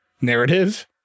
narrative